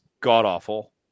god-awful